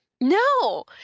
No